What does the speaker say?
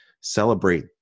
celebrate